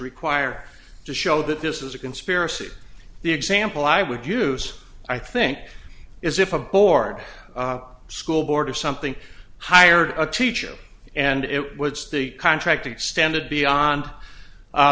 required to show that this is a conspiracy the example i would use i think is if a board school board or something hired a teacher and it was the contract extended beyond